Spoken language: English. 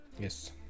yes